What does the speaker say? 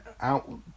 out